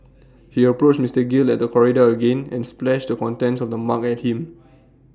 he approached Mister gill at the corridor again and splashed the contents of the mug at him